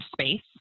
space